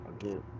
Again